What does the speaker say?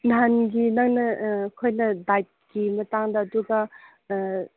ꯅꯍꯥꯟꯒꯤ ꯅꯪꯅ ꯑꯩꯈꯣꯏꯅ ꯗꯥꯏꯠꯀꯤ ꯃꯇꯥꯡꯗ ꯑꯗꯨꯒ